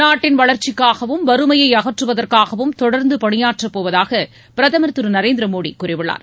நாட்டின் வளர்ச்சிக்காகவும் வறுமையை அகற்றுவதற்காகவும் தொடர்ந்து பணியாற்றப்போவதாக பிரதமர் திரு நரேந்திர மோடி கூறியுள்ளார்